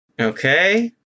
Okay